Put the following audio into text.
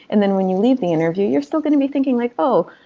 and then when you leave the interview, you're still going to be thinking like, oh,